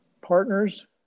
partners